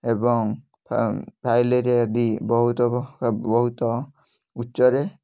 ଏବଂ ଫା ଫାଇଲେରିଆ ଆଦି ବହୁତ ବହୁତ ଉଚ୍ଚରେ